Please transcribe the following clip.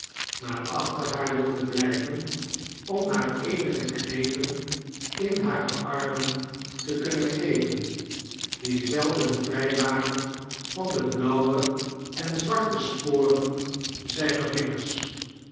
maar achter haar wilde blijven om haar eenige knepen in hare armen te kunnen geven die zelden vrij waren van de blauwe en zwarte sporen zijner vingers